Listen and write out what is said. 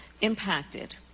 impacted